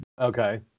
Okay